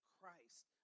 Christ